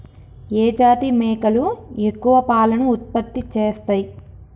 ఏ జాతి మేకలు ఎక్కువ పాలను ఉత్పత్తి చేస్తయ్?